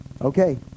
okay